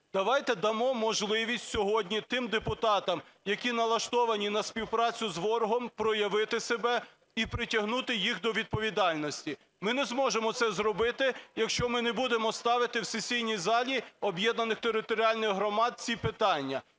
Давайте дамо можливість сьогодні тим депутатам, які налаштовані на співпрацю з ворогом, проявити себе і притягнути їх до відповідальності. Ми не зможемо це зробити, якщо ми не будемо ставити в сесійній залі об'єднаних територіальних громад ці питання.